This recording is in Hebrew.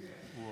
מי זה?